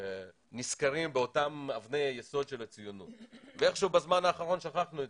נזכרים באותן אבני יסוד של הציונות אבל איכשהו בזמן האחרון שכחנו אותן.